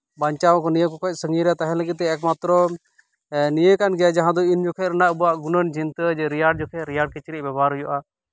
ᱵᱟᱧᱪᱟᱣ ᱱᱤᱭᱟᱹ ᱠᱚ ᱠᱷᱚᱡ ᱥᱟᱺᱜᱤᱧ ᱨᱮ ᱛᱟᱦᱮᱸ ᱞᱟᱹᱜᱤᱫ ᱛᱮ ᱮᱠᱢᱟᱛᱨᱚ ᱱᱤᱭᱟᱹ ᱠᱟᱱ ᱜᱮᱭᱟ ᱡᱟᱦᱟᱸ ᱫᱚ ᱤᱱ ᱡᱚᱠᱷᱚᱡ ᱨᱮᱱᱟᱜ ᱟᱵᱚᱣᱟᱜ ᱜᱩᱱᱟᱹᱱ ᱪᱤᱱᱛᱟᱹ ᱡᱟᱦᱟᱸ ᱫᱚ ᱨᱮᱭᱟᱲ ᱡᱚᱠᱷᱮᱡ ᱨᱮᱭᱟᱲ ᱠᱤᱪᱨᱤᱪ ᱵᱮᱵᱚᱦᱟᱨ ᱦᱩᱭᱩᱜᱼᱟ